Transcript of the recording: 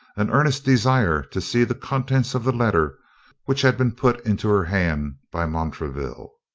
an earnest desire to see the contents of the letter which had been put into her hand by montraville.